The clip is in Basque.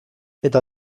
eta